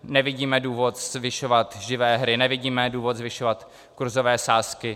Nevidím důvod zvyšovat živé hry, nevidíme důvod zvyšovat kurzové sázky.